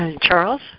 Charles